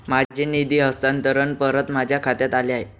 माझे निधी हस्तांतरण परत माझ्या खात्यात आले आहे